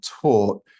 taught